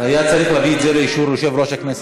היה צריך להביא את זה לאישור יושב-ראש הכנסת.